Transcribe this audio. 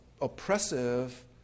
oppressive